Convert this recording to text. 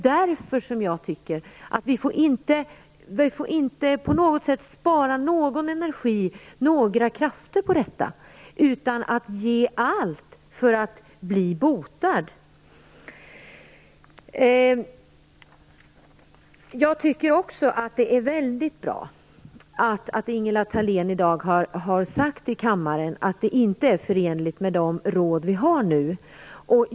Därför tycker jag att vi inte får spara någon energi eller några krafter, utan vi måste ge allt för att bota. Jag tycker vidare att det är väldigt bra att Ingela Thalén i dag i kammaren sagt att det inte är förenligt med de råd som vi nu har.